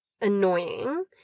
annoying